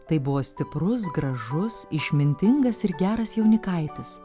tai buvo stiprus gražus išmintingas ir geras jaunikaitis